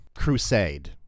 crusade